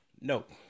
Nope